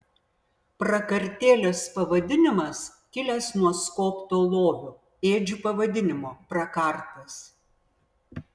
prakartėlės pavadinimas kilęs nuo skobto lovio ėdžių pavadinimo prakartas